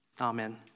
amen